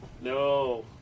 No